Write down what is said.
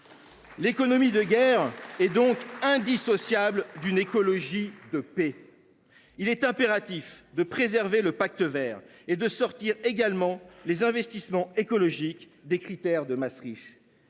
L’économie de guerre est indissociable d’une écologie de paix. Il est donc impératif de préserver le Pacte vert et de sortir les investissements écologiques des critères de Maastricht.